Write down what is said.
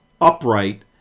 upright